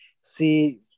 see